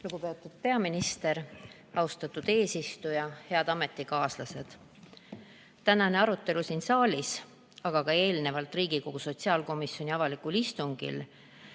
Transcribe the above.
Lugupeetud peaminister! Austatud eesistuja! Head ametikaaslased! Tänane arutelu siin saalis, aga varem ka Riigikogu sotsiaalkomisjoni avalikul istungil